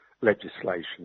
legislation